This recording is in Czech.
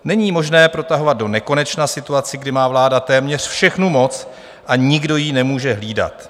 Není možné protahovat donekonečna situaci, kdy má vláda téměř všechnu moc a nikdo ji nemůže hlídat.